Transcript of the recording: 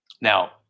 Now